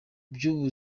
bituma